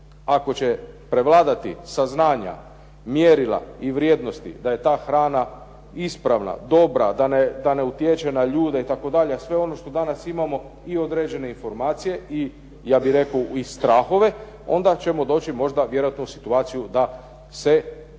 ako će prevladati saznanja, mjerila i vrijednosti da je ta hrana ispravna, dobra, da ne utječe na ljude itd. A sve ono što danas imamo i određene informacije i ja bih rekao i strahove onda ćemo doći možda vjerojatno u situaciju da se otvorimo